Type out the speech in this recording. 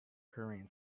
hurrying